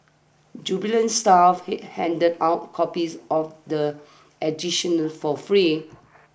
jubile staff handed out copies of the edition for free